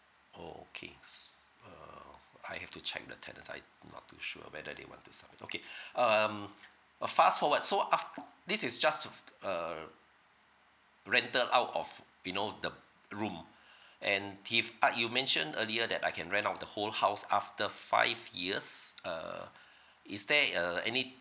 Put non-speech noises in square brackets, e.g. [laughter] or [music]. oh okay s~ uh I have to check the tenants I not too sure whether they want to submit okay [breath] um a fast forward so af~ this is just uh err rental out of you know the room [breath] and this part you mentioned earlier that I can rent out the whole house after five years uh [breath] is there uh any